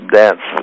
dance